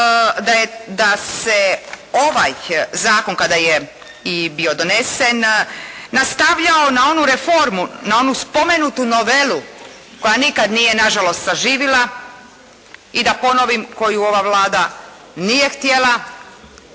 da se ovaj zakon kada je bio i donesen nastavljao na onu reformu, na onu spomenutu novelu koja nikad nije na žalost saživila i da ponovim koju ova Vlada nije htjela